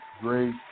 great